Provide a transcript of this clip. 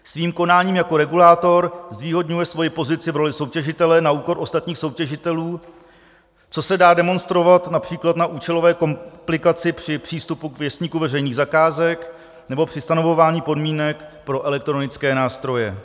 Svým konáním jako regulátor zvýhodňuje svoji pozici v roli soutěžitele na úkor ostatních soutěžitelů, což se dá demonstrovat například na účelové komplikaci při přístupu k Věstníku veřejných zakázek nebo při stanovování podmínek pro elektronické nástroje.